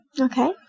Okay